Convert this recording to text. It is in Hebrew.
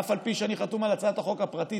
אף על פי שאני חתום על הצעת החוק הפרטית.